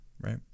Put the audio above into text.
right